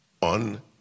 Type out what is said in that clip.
on